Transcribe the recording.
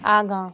आगाँ